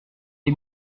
les